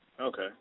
Okay